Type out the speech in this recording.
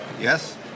Yes